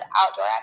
outdoor